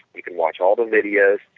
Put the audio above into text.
you can watch all the videos,